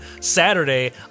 saturday